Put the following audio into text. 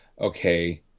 okay